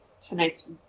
tonight's